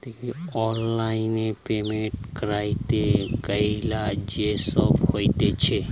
online payment ক্যরতে গ্যালে যে সব হতিছে